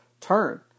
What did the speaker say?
Turn